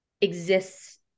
exists